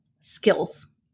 skills